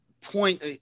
point